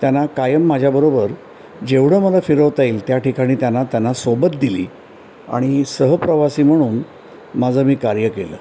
त्यांना कायम माझ्याबरोबर जेवढं मला फिरवता येईल त्या ठिकाणी त्यांना त्यांना सोबत दिली आणि सहप्रवासी म्हणून माझं मी कार्य केलं